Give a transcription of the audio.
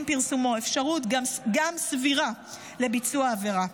פרסומו גם אפשרות סבירה לביצוע העבירה.